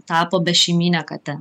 tapo bešeimyne kate